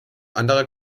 anderer